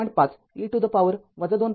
५ e to the power २